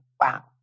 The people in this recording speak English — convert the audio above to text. wow